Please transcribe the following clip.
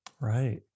Right